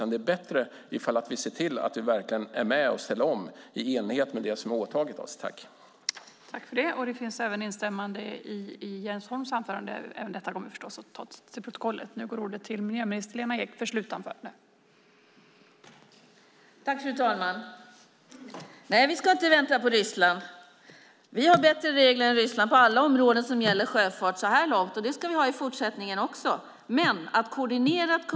Det är bättre att vi ser till att vi verkligen är med och ställer om i enlighet med det som vi har åtagit oss.